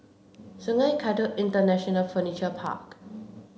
Sungei Kadut International Furniture Park